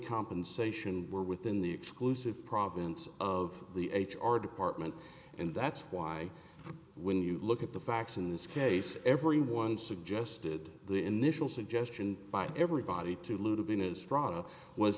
compensation were within the exclusive province of the h r department and that's why when you look at the facts in this case everyone suggested the initial suggestion by everybody to